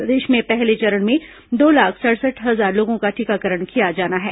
प्रदेश में पहले चरण में दो लाख सड़सठ हजार लोगों का टीकाकरण किया जाना है